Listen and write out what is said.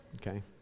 Okay